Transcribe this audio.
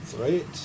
Right